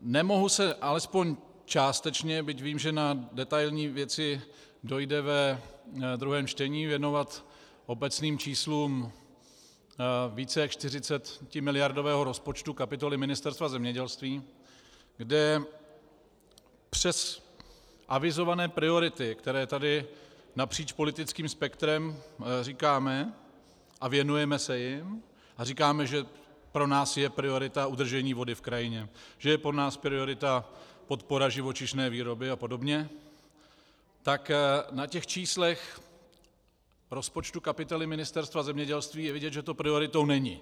Nemohu se alespoň částečně, byť vím, že na detailní věci dojde ve druhém čtení, věnovat obecným číslům více jak 40miliardového rozpočtu kapitoly Ministerstva zemědělství, kde přes avizované priority, které tady napříč politickým spektrem říkáme a věnujeme se jim a říkáme, že pro nás je priorita udržení vody v krajině, že je pro nás priorita podpora živočišné výroby apod., tak na těch číslech rozpočtu kapitoly Ministerstva zemědělství je vidět, že to prioritou není.